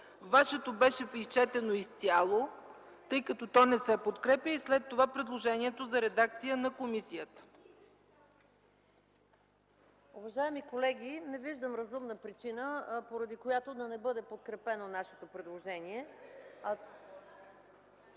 Вашето беше изчетено изцяло, тъй като то не се подкрепя и след това предложението за редакция на комисията. МАЯ МАНОЛОВА (КБ): Уважаеми колеги, не виждам разумна причина, поради която да не бъде подкрепено нашето предложение.